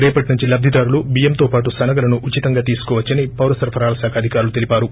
రేపటి నుంచి లబ్గిదారులు బియ్యంతో పాటు శనగలను ఉచితంగా తీసుకోవచ్చని పౌరసరఫరాల శాఖ అధికారులు తెలిపారు